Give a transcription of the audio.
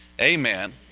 Amen